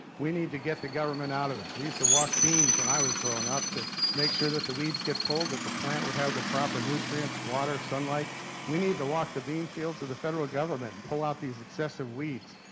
we need to get the government out of it. we used to walk beans when i was growing up, to make sure that the weeds get pulled, that the plant would have the proper nutrients, water, sunlight we need to walk the beanfields of the federal government. pull out these excessive weeds.